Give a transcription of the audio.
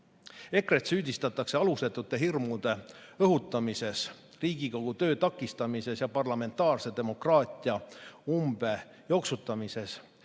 EKRE‑t süüdistatakse alusetute hirmude õhutamises, Riigikogu töö takistamises ja parlamentaarse demokraatia umbejooksutamises.